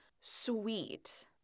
sweet